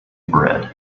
bread